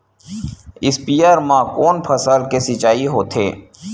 स्पीयर म कोन फसल के सिंचाई होथे?